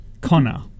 Connor